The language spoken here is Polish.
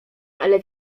ale